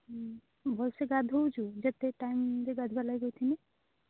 ହୁଁ ଭଲ ସେ ଗାଧୋଉଛୁ ଯେତେ ଟାଇମ୍ରେ ଗାଧୁଆ ଲାଗି କହୁଥିଲି